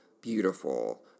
beautiful